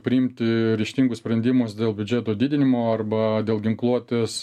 priimti ryžtingus sprendimus dėl biudžeto didinimo arba dėl ginkluotės